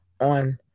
on